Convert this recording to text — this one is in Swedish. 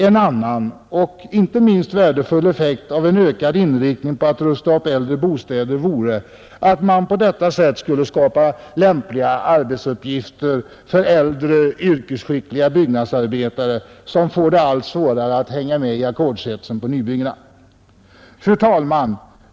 En annan och inte mindre värdefull effekt av en ökad inriktning på att rusta upp äldre bostäder är att man på detta sätt skulle skapa lämpliga arbetsuppgifter för äldre, yrkesskickliga byggnadsarbetare som får det allt svårare att hänga med i ackordshetsen på nybyggena. Fru talman!